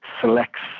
selects